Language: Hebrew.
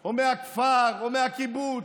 או מהכפר או מהקיבוץ,